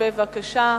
בבקשה.